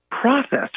process